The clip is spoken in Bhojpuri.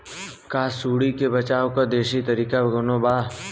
का सूंडी से बचाव क देशी तरीका कवनो बा?